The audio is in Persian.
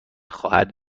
خواهد